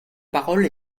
parole